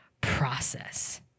process